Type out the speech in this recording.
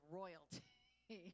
royalty